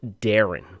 Darren